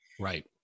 Right